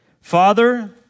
Father